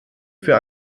für